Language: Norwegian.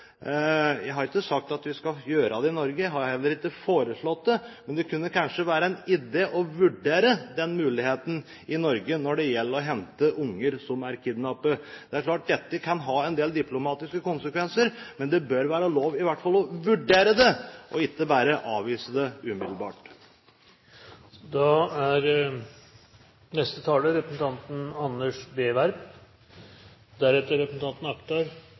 Jeg har ikke sagt at vi skal gjøre det i Norge – og har heller ikke foreslått det – men det kunne kanskje være en idé å vurdere den muligheten i Norge når det gjelder å hente barn som er kidnappet. Det er klart at dette kan ha en del diplomatiske konsekvenser, men det bør være lov i hvert fall å vurdere det, ikke bare avvise det umiddelbart. Høyre er